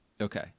Okay